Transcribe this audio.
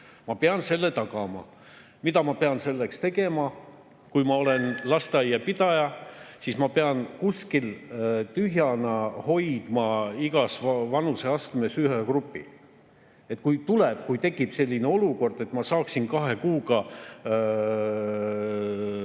Ma pean selle tagama. Mida ma pean selleks tegema? Kui ma olen lasteaia pidaja, siis ma pean kuskil tühjana hoidma igas vanuseastmes ühe rühma, et kui tekib selline olukord, siis ma saaksin kahe kuuga